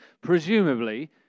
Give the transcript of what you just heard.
Presumably